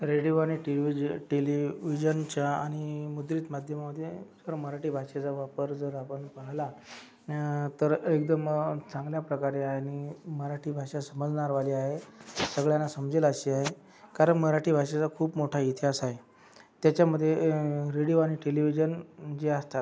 radio आणि टेवीज टेलीविजनच्या आणि मुद्रित माध्यमामध्ये जर मराठी भाषेचा वापर जर आपण पाहिला तर एकदम चांगल्याप्रकारे आणि मराठी भाषा समजणारवाली आहे सगळ्यांना समजेल अशी आहे कारण मराठी भाषेचा खूप मोठा इतिहास आहे त्याच्यामध्ये रेडियो आणि टेलीविजन जे असतात